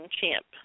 champ